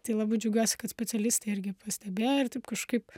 tai labai džiaugiuosi kad specialistai irgi pastebėjo ir taip kažkaip